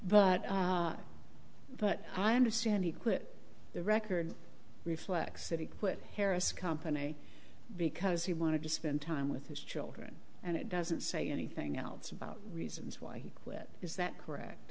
but but i understand he quit the record reflects city put paris company because he wanted to spend time with his children and it doesn't say anything else about reasons why it is that correct